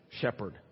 shepherd